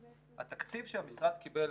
התקציב שהמשרד קיבל